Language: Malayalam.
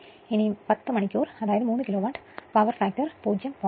അതിനാൽ 10 മണിക്കൂർ അത് 3 കിലോവാട്ട് പവർ ഫാക്ടർ 0